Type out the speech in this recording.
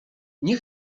nie